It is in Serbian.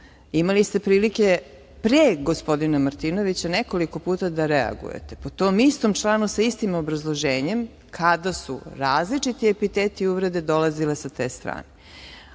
Imali ste prilike pre gospodina Martinovića da nekoliko puta reagujete, po tom istom članu, sa istim obrazloženjem kada su različiti epiteti uvrede dolazile sa te strane,